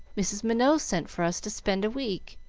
mrs. minot sent for us to spend a week.